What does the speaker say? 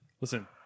Listen